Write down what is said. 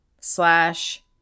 slash